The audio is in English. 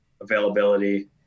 availability